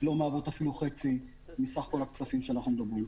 לא מהוות אפילו חצי מסך כל הכספים שאנו מדברים.